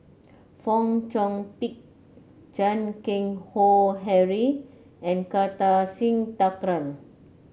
Fong Chong Pik Chan Keng Howe Harry and Kartar Singh Thakral